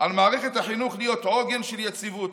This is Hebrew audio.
על מערכת החינוך להיות עוגן של יציבות,